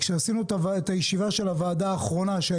כשעשינו את ישיבת הוועדה האחרונה לפני הישיבה הזו,